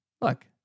look